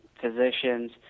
physicians